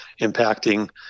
impacting